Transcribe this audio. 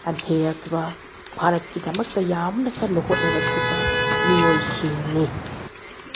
ꯂꯥꯟꯊꯦꯡꯅꯔꯛꯈꯤꯕ ꯚꯥꯔꯠꯀꯤꯗꯃꯛꯇ ꯌꯥꯝꯅ ꯀꯟꯅ ꯍꯣꯠꯅꯔꯀꯈꯤꯕ ꯃꯤꯑꯣꯏꯁꯤꯡꯅꯤ